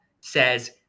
says